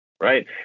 right